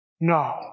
No